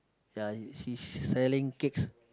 ya she's selling cakes